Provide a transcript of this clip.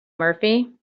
murphy